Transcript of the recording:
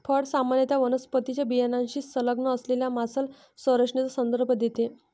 फळ सामान्यत वनस्पतीच्या बियाण्याशी संलग्न असलेल्या मांसल संरचनेचा संदर्भ देते